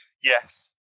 Yes